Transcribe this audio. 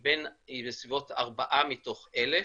היא בסביבות ארבעה מתוך 1,000,